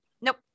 Nope